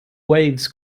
waves